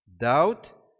doubt